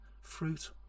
fruit